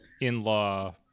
in-law